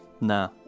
Nah